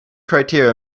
criteria